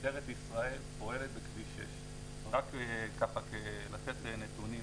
משטרת ישראל פועלת בכביש 6. רק כדי לתת נתונים,